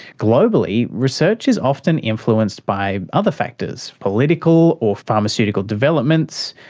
globally, research is often influenced by other factors, political or pharmaceutical developments,